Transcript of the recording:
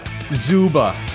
Zuba